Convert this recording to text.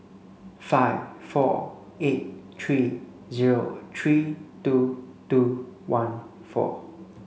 five four eight three zero three two two one four